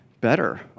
better